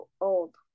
old